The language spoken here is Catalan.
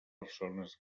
persones